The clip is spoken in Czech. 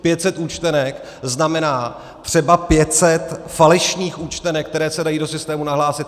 Pět set účtenek znamená třeba pět set falešných účtenek, které se dají do systému nahlásit.